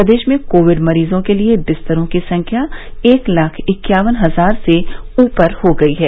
प्रदेश में कोविड मरीजों के लिये बिस्तरों की संख्या एक लाख इक्यावन हजार से ऊपर हो गई है